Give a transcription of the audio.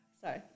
Sorry